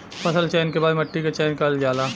फसल चयन के बाद मट्टी क चयन करल जाला